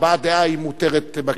הבעת דעה מותרת בכנסת.